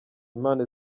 imana